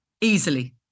easily